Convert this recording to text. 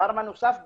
דבר מה נוסף במשותף,